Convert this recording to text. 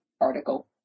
article